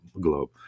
globe